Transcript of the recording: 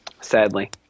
Sadly